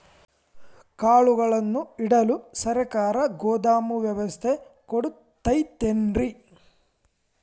ಕಾಳುಗಳನ್ನುಇಡಲು ಸರಕಾರ ಗೋದಾಮು ವ್ಯವಸ್ಥೆ ಕೊಡತೈತೇನ್ರಿ?